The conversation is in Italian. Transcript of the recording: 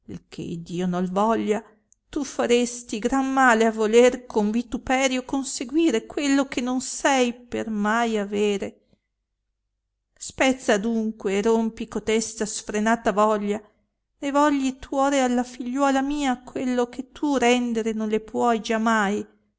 che iddio no voglia tu faresti gran male a voler con vituperio conseguire quello che non sei per mai avere spezza adunque e rompi cotesta sfrenata voglia né vogli tuore alla figliuola mia quello che tu rendere non le puoi giamai